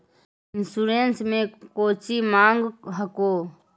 Insurance मे कौची माँग हको?